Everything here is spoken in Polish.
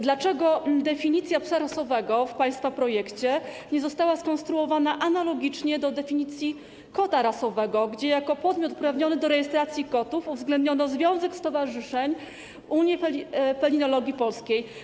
Dlaczego definicja psa rasowego w państwa projekcie nie została skonstruowana analogicznie do definicji kota rasowego, gdzie jako podmiot uprawniony do rejestracji kotów uwzględniono związek, stowarzyszenie Unia Felinologii Polskiej?